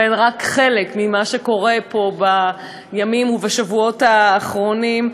והן רק חלק ממה שקורה פה בימים ובשבועות האחרונים,